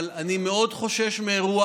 אבל אני מאוד חושש מאירוע